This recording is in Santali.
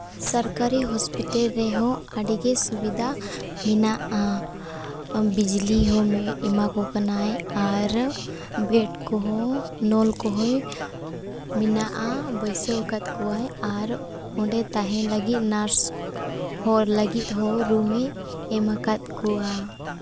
ᱥᱚᱨᱠᱟᱨᱤ ᱦᱚᱥᱯᱤᱴᱟᱞ ᱨᱮᱦᱚᱸ ᱟᱹᱰᱤᱜᱮ ᱥᱩᱵᱤᱫᱷᱟ ᱢᱮᱱᱟᱜᱼᱟ ᱵᱤᱡᱽᱞᱤ ᱦᱚᱸ ᱮᱢᱟ ᱠᱚ ᱠᱟᱱᱟᱭ ᱟᱨ ᱵᱮᱹᱰ ᱠᱚᱦᱚᱸ ᱱᱚᱞ ᱠᱚᱦᱚᱸᱭ ᱢᱮᱱᱟᱜᱼᱟ ᱵᱟᱹᱭᱥᱟᱹᱣ ᱟᱠᱟᱫ ᱠᱚᱣᱟᱭ ᱟᱨ ᱚᱸᱰᱮ ᱛᱟᱦᱮᱱ ᱞᱟᱹᱜᱤᱫ ᱱᱟᱨᱥ ᱦᱚᱲ ᱞᱟᱹᱜᱤᱫ ᱦᱚᱸ ᱨᱩᱢᱮ ᱮᱢᱟᱠᱟᱫ ᱠᱚᱣᱟ